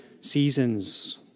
seasons